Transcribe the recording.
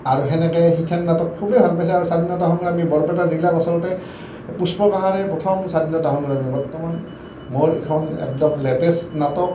আৰু সেনেকৈ সেইখন নাটক খুবেই ভাল পাইছে আৰু স্বাধীনতা সংগ্ৰামী বৰপেটা জিলাত আচলতে পুষ্প কঁহাৰে প্ৰথম স্বাধীনতা সংগ্ৰামী মোৰ এইখন একদম লেটেষ্ট নাটক